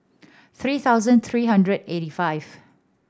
three thousand three hundred eighty five